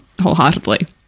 wholeheartedly